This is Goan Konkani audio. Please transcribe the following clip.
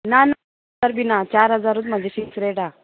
ना ना तर बी ना चार हजारूत म्हाजे फिक्स रेट आहा